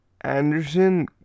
Anderson